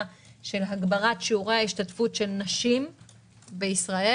של הגברת שיעורי ההשתתפות של נשים בישראל,